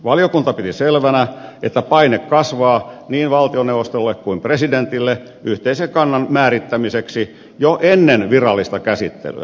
valiokunta piti selvänä että paine kasvaa niin valtioneuvostolle kuin presidentille yhteisen kannan määrittämiseksi jo ennen virallista käsittelyä ennalta ehkäisevästi